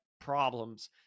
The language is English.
problems